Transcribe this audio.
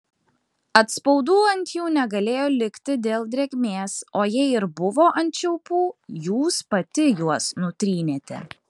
atspaudų ant jų negalėjo likti dėl drėgmės o jei ir buvo ant čiaupų jūs pati juos nutrynėte